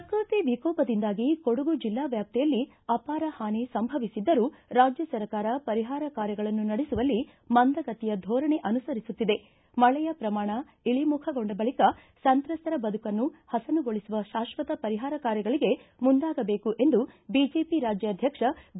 ವ್ರಕೃತಿ ವಿಕೋಪದಿಂದಾಗಿ ಕೊಡಗು ಜಿಲ್ಲಾ ವ್ಯಾಪ್ತಿಯಲ್ಲಿ ಅಪಾರ ಹಾನಿ ಸಂಭವಿಸಿದ್ದರೂ ರಾಜ್ಯ ಸರ್ಕಾರ ಪರಿಹಾರ ಕಾರ್ಯಗಳನ್ನು ನಡೆಸುವಲ್ಲಿ ಮಂದಗತಿಯ ಧೋರಣೆ ಅನುಸರಿಸುತ್ತಿದೆ ಮಳೆಯ ಪ್ರಮಾಣ ಇಳಮುಖಗೊಂಡ ಬಳಿಕ ಸಂತ್ರಸ್ತರ ಬದುಕನ್ನು ಹಸನುಗೊಳಿಸುವ ಶಾಕ್ಷತ ಪರಿಹಾರ ಕಾರ್ಯಗಳಿಗೆ ಮುಂದಾಗಬೇಕು ಎಂದು ಬಿಜೆಪಿ ರಾಜ್ಯಾಧ್ಯಕ್ಷ ಬಿ